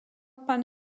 pan